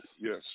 yes